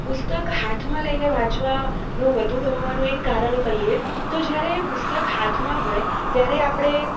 પુસ્તક હાથમાં લઈને વાંચવા નું વધું ગમવાનું એક કારણ કહીએ તો જ્યારે પુસ્તક હાથમાં હોય ત્યારે આપણે